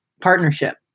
partnership